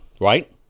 right